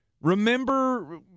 Remember